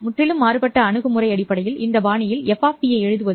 முற்றிலும் மாறுபட்ட அணுகுமுறை அடிப்படையில் இந்த பாணியில் f ஐ எழுதுவது